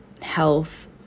health